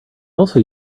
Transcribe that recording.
also